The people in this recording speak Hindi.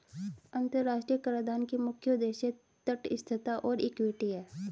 अंतर्राष्ट्रीय कराधान के मुख्य उद्देश्य तटस्थता और इक्विटी हैं